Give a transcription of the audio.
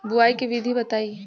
बुआई के विधि बताई?